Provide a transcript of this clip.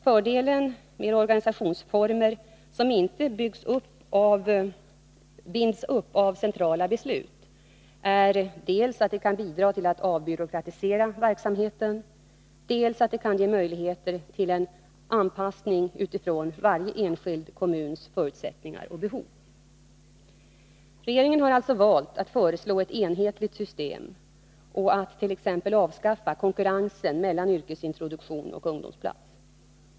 Fördelen med organisationsformer som inte binds upp av centrala beslut är dels att de kan bidra till att avbryåkratisera verksamheten, dels att de kan ge möjligheter till en anpassning utifrån varje enskild kommuns förutsättningar och behov. Regeringen har alltså valt att föreslå ett enhetligt system — och att t.ex. avskaffa konkurrensen mellan yrkesintroduktion och ungdomsplatser.